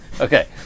Okay